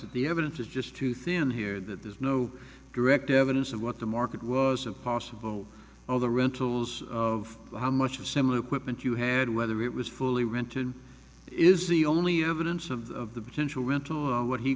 of the evidence is just too thin here that there's no direct evidence of what the market was impossible or the rentals of how much of similar equipment you had whether it was fully rented is the only evidence of the of the potential rental or what he